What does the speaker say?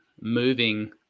moving